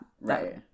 Right